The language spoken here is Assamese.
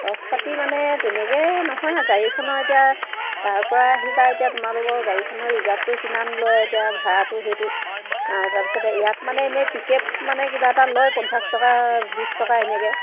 খৰচ পাতি মানে তেনেকৈ নহয় ন গাড়ীখনৰ এতিয়া তাৰপৰা আহিবা এতিয়া তোমালোকৰ গাড়ীখনৰ ৰিজাৰ্ভটো কিমান লয় এতিয়া ভাড়াটো সেইটো তাৰপিছতে ইয়াত মানে এনেই টিকেট মানে কিবা এটা লয় পঞ্চাছ টকা বিছ টকা এনেকৈ